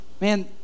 man